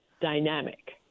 dynamic